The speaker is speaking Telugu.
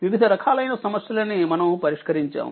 వివిధ రకాలైన సమస్యలని మనము పరిష్కరించాము